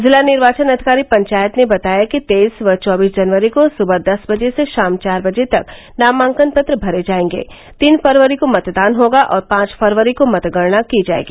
जिला निर्वाचन अधिकारी पंचायत ने बताया कि तेईस व चौबीस जनवरी को सुबह दस बजे से शाम चार बजे तक नामांकन पत्र भरे जाएंगे तीन फरवरी को मतदान होगा और पांच फरवरी को मतगणना की जाएगी